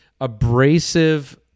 abrasive